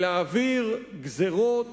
להעביר גזירות